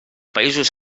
països